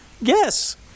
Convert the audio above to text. Yes